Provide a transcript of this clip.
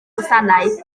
gwasanaeth